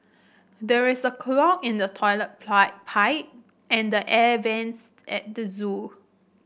there is a clog in the toilet pipe and the air vents at the zoo